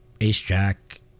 Ace-Jack